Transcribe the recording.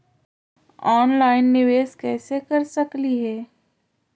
Online निबेस कैसे कर सकली हे?